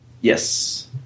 Yes